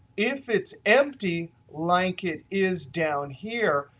if it's empty like it is down here,